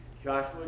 Joshua